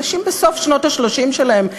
אנשים בסוף שנות ה-30 שלהם,